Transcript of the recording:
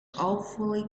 awfully